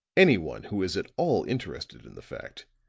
anyone who is at all interested in the fact,